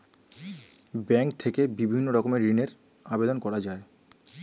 bank থেকে বিভিন্ন রকমের ঋণের আবেদন করা যায়